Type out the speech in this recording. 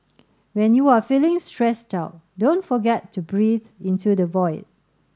when you are feeling stressed out don't forget to breathe into the void